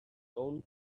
own